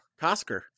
Costco